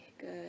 Good